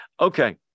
Okay